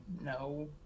No